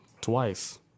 twice